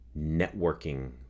networking